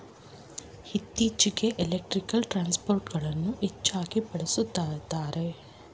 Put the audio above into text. ಇತ್ತೀಚೆಗೆ ಎಲೆಕ್ಟ್ರಿಕ್ ಟ್ರಾನ್ಸ್ಫರ್ಗಳನ್ನು ಹೆಚ್ಚಾಗಿ ಬಳಸುತ್ತಿದ್ದಾರೆ